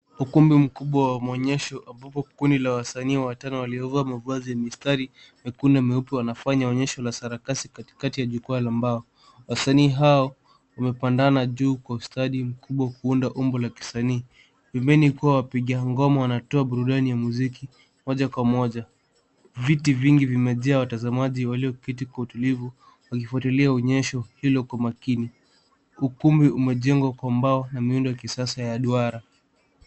Ukumbi mkubwa wa maonyesho ambapo kundi la wasanii watano waliovaa mavazi ya mistari nyekundu na nyeupe wanafanya onyesho ya sarakasi katikati ya jukwaa la mbao wasanii hao wamepandana juu kwa ustadi mkubwa kuunda umbo la kisanii pembeni wapiga ngoma wanatoa burudani ya muziki moja kwa moja, viti vingi vimejaa na watazamaji walioketi kwa utulivu wakifuatilia onyesho hilo kwa umakini ukumbi umejengwa kwa mbao na miundo ya kisasa ya duara